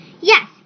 Yes